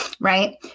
right